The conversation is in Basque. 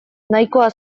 nahikoa